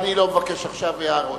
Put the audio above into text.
אני לא מבקש עכשיו הערות.